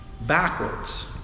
backwards